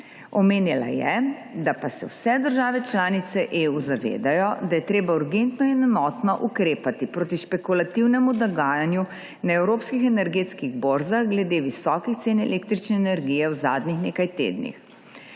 Omenjala je, da pa se vse države članice EU zavedajo, da je treba urgentno in enotno ukrepati proti špekulativnemu dogajanju na evropskih energetskih borzah glede visokih cen električne energije v zadnjih nekaj tednih.